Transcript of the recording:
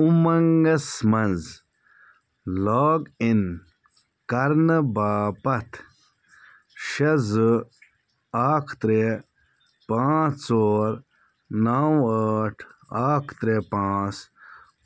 اُمنٛگس مَنٛز log in کرنہٕ باپتھ شیٚے زٕ اکھ ترے پانٛژھ ژور نو ٲٹھ اکھ ترے پانٛژھ